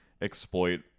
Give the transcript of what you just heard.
exploit